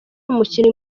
umukinnyi